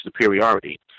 superiority